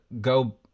go